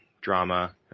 drama